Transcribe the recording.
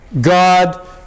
God